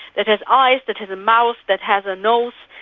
that has eyes, that has a mouth, that has a nose,